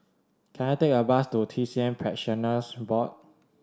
can I take a bus to T C M Practitioners Board